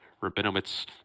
Rabinowitz